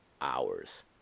hours